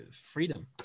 freedom